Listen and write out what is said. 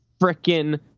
frickin